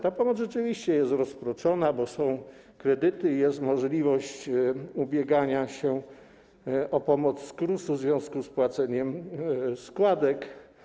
Ta pomoc rzeczywiście jest rozproszona, bo są kredyty i jest możliwość ubiegania się o pomoc z KRUS-u w związku z płaceniem składek.